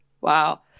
Wow